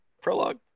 prologue